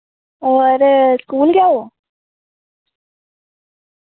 और स्कूल गै ओ